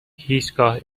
هیچگاه